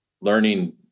learning